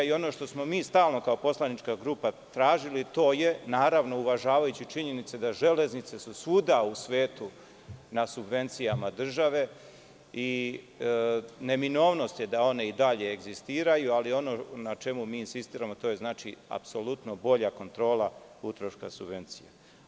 Ono što smo mi stalno kao poslanička grupa tražili, uvažavajući činjenice da železnice su svuda u svetu na subvencijama države i neminovnost je da one i dalje egzistiraju, ali ono na čemu mi insistiramo, to je bolja kontrola utroška subvencija.